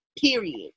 Period